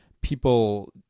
people